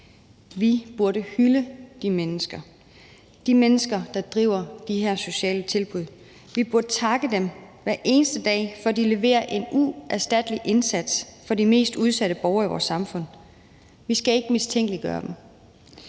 Vi burde hylde de mennesker; de mennesker, der driver de her sociale tilbud. Vi burde takke dem hver eneste dag, for de leverer en uerstattelig indsats for de mest udsatte borgere i vores samfund. Vi skal ikke mistænkeliggøre dem.